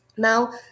Now